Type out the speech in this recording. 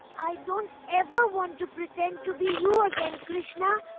i don't ever want to pretend to be you again, krishna,